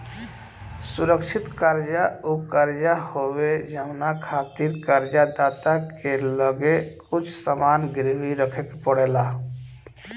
सुरक्षित कर्जा उ कर्जा हवे जवना खातिर कर्ज दाता के लगे कुछ सामान गिरवी रखे के पड़ेला